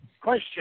question